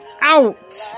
out